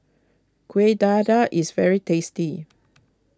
Kuih Dadar is very tasty